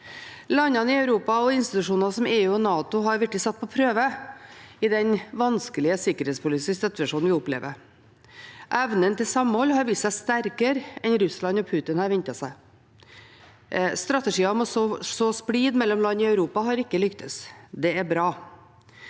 Landene i Europa og institusjoner som EU og NATO er virkelig blitt satt på prøve i den vanskelige sikkerhetspolitiske situasjonen vi opplever. Evnen til samhold har vist seg sterkere enn Russland og Putin hadde ventet seg. Strategien med å så splid mellom land i Europa har ikke lyktes, og det er bra.